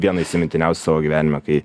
vieną įsimintiniausių savo gyvenime kai